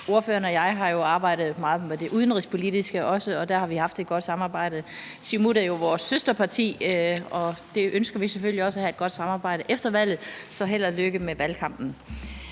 Ordføreren og jeg har også arbejdet meget med det udenrigspolitiske, og der har vi haft et godt samarbejde. Siumut er jo vores søsterparti, og vi ønsker selvfølgelig også at have et godt samarbejde efter valget, så held og lykke med valgkampen.